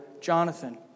Jonathan